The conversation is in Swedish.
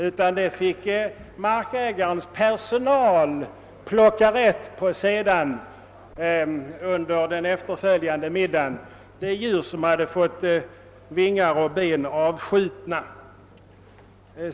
Därför fick markägarens personal under den efterföljande middagen plocka rätt på djur som fått vingar och ben avskjutna.